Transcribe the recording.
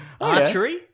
Archery